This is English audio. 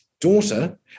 daughter